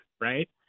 right